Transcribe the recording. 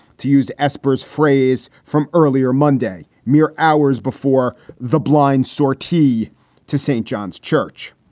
to use espers phrase from earlier monday. mere hours before the blind sortie to st. john's church,